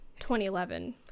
2011